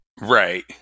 Right